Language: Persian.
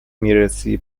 میرسی